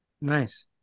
Nice